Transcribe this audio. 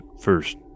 first